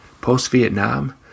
Post-Vietnam